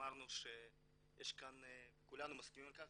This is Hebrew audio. אמרנו וכולנו מסכימים על כך,